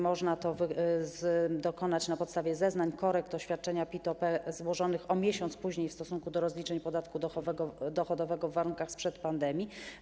Można tego dokonać na podstawie zeznań, korekt, oświadczenia PIT-OP złożonych o miesiąc później w stosunku do rozliczeń podatku dochodowego składanych w warunkach sprzed pandemii.